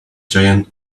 giant